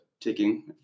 taking